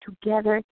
together